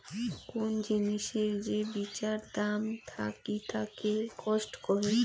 কোন জিনিসের যে বিচার দাম থাকিতাকে কস্ট কহে